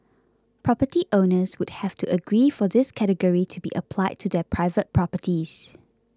property owners would have to agree for this category to be applied to their private properties